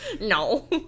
No